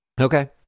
Okay